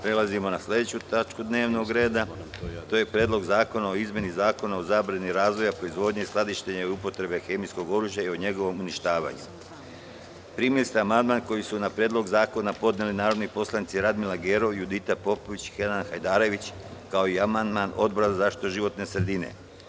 Prelazimo na sledeću tačku dnevnog reda – PREDLOG ZAKONA O IZMENAMA ZAKONA O ZABRANI RAZVOJA, PROIZVODNjE, SKLADIŠTENjA I UPOTREBE HEMIJSKOG ORUŽJA I O NjEGOVOM UNIŠTAVANjU Primili ste amandman koji su na Predlog zakona podneli narodni poslanici Radmila Gerov, Judita Popović i Kenan Hajdarević, kao i amandman Odbora za zaštitu životne sredine.